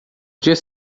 dia